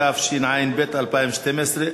התשע"ב 2012,